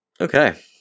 Okay